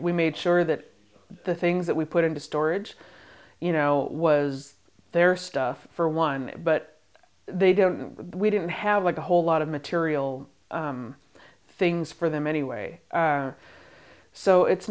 we made sure that the things that we put into storage you know was there stuff for one but they don't we didn't have a whole lot of material things for them anyway so it's